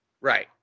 Right